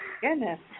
goodness